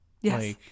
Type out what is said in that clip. yes